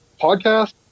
podcast